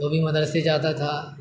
وہ بھی مدرسے جاتا تھا